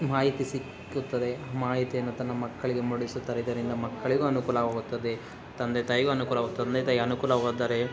ಮಾಹಿತಿ ಸಿಕ್ಕುತ್ತದೆ ಮಾಹಿತಿಯನ್ನು ತಮ್ಮ ಮಕ್ಕಳಿಗೆ ಮೂಡಿಸುತ್ತಾರೆ ಇದರಿಂದ ಮಕ್ಕಳಿಗೂ ಅನುಕೂಲವಾಗುತ್ತದೆ ತಂದೆ ತಾಯಿಗೂ ಅನುಕೂಲವಾಗುತ್ತೆ ತಂದೆ ತಾಯಿಗೆ ಅನುಕೂಲವಾದರೆ